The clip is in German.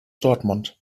dortmund